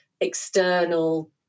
external